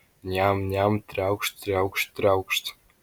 niam niam triaukšt triaukšt triaukšt